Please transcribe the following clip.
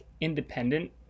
independent